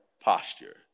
posture